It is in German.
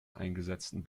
eingesetzten